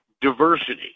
diversity